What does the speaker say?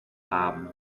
haben